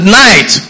night